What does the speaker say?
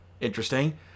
interesting